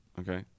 okay